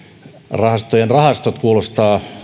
rahastojen rahasto kuulostaa